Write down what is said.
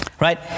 Right